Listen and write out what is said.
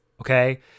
okay